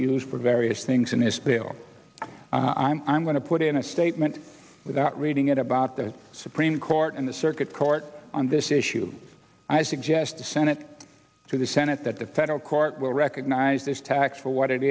use for various things in this bill i'm i'm going to put in a statement without reading it about the supreme court and the circuit court on this issue i suggest the senate to the senate that the federal court will recognize this tax for what it